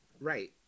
Right